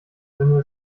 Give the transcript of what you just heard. sinne